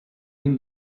been